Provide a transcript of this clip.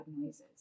noises